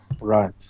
Right